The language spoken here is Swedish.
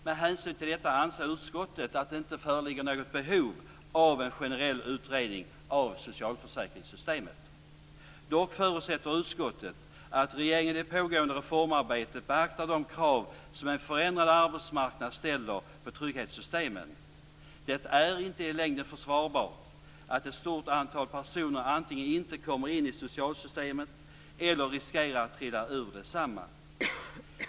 Med hänsyn till detta anser utskottet att det inte föreligger något behov av en generell utredning av socialförsäkringssystemet. Dock förutsätter utskottet att regeringen i det pågående reformarbetet beaktar de krav som en förändrad arbetsmarknad ställer på trygghetssystemen. Det är inte i längden försvarbart att ett stort antal personer antingen inte kommer in i socialsystemen eller risker att trilla ur desamma.